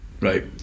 right